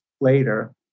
later